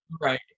Right